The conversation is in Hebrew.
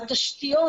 התשתיות,